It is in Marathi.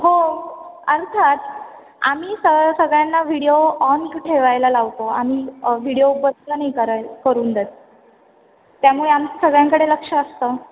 हो अर्थात आम्ही स सगळ्यांना व्हिडीओ ऑन ठेवायला लावतो आम्ही व्हिडीओ बंद नाही कराय करू देत त्यामुळे आमचं सगळ्यांकडे लक्ष असतं